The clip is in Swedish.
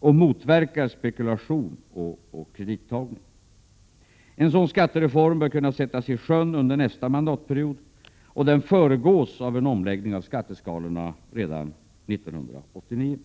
samt motverkar spekulation på kredittagning. En sådan skattereform bör kunna genomföras under nästa mandatperiod, och den föregås av en omläggning av skatteskalorna redan 1989.